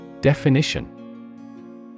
Definition